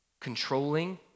controlling